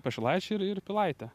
pašilaičiai ir ir pilaitė